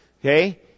okay